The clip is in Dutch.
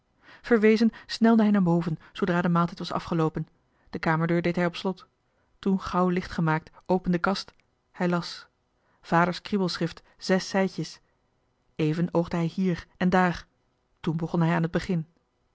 verwezen snelde hij naar boven zoodra de maaltijd was afgeloopen de kamerdeur deed hij op slot toen gauw licht gemaakt open de kast hij las vaders kriebelschrift zes zijdjes even oogde hij hier en daar toen begon hij aan het begin